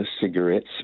cigarettes